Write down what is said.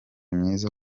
myiza